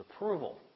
approval